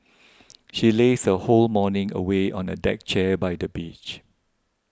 she lazed her whole morning away on a deck chair by the beach